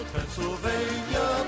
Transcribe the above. Pennsylvania